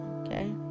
okay